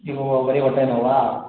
ಈಗ ಬರೀ ಹೊಟ್ಟೆ ನೋವಾ